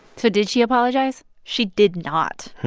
so did she apologize? she did not.